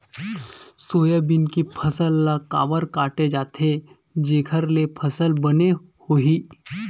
Soybean के फसल ल काबर काटे जाथे जेखर ले फसल बने होही?